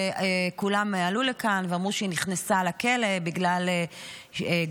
שכולם עלו לכאן ואמרו שהיא נכנסה לכלא בגלל גרפיטי,